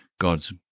God's